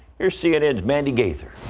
here's cnn's mandy gaither.